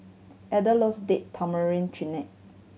Elden loves Date Tamarind Chutney